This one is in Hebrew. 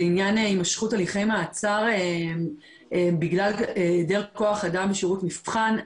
עניין הימשכות הליכי מעצר בגלל היעדר כוח אדם בשירות המבחן.